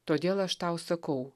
todėl aš tau sakau